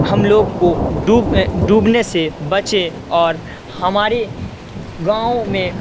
ہم لوگ کو ڈوب ڈوبنے سے بچے اور ہمارے گاؤں میں